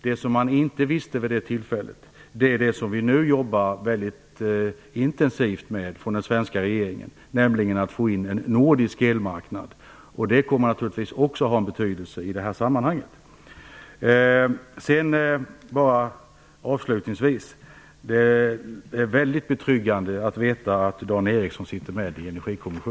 Det som man inte visste vid det tillfället är det som vi i den svenska regeringen nu jobbar väldigt intensivt med, nämligen att få in en nordisk elmarknad. Det kommer naturligtvis också att ha en betydelse i det här sammanhanget. Jag vill avslutningsvis bara säga att det är väldigt betryggande att veta att Dan Ericsson sitter med i